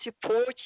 support